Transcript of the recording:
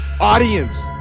audience